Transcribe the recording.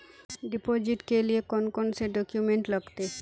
Deposit के लिए कौन कौन से डॉक्यूमेंट लगते?